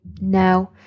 no